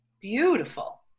beautiful